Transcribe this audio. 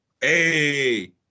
Hey